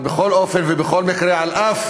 אבל בכל אופן ובכל מקרה, אף